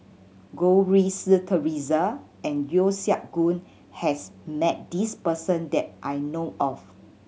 Goh Rui Si Theresa and Yeo Siak Goon has met this person that I know of